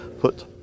put